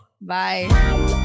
Bye